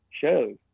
shows